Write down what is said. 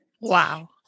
Wow